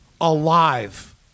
alive